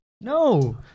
No